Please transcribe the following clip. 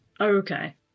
Okay